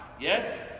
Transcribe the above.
Yes